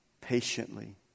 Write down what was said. patiently